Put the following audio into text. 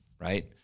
Right